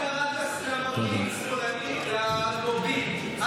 את קראת למפגינים בוגדים.